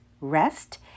rest